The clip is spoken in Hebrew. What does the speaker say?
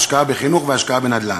השקעה בחינוך והשקעה בנדל"ן.